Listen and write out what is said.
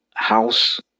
house